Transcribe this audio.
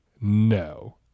No